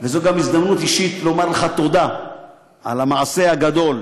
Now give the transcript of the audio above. וזו גם הזדמנות אישית לומר לך תודה על המעשה הגדול,